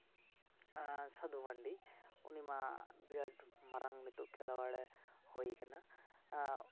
ᱥᱟᱹᱫᱷᱩ ᱢᱟᱱᱰᱤ ᱩᱱᱤ ᱢᱟ ᱵᱤᱨᱟᱴ ᱢᱟᱨᱟᱝ ᱱᱤᱛᱳᱜ ᱠᱷᱮᱞᱳᱣᱟᱲᱮ ᱦᱳᱭᱟᱠᱟᱱᱟ